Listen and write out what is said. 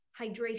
hydration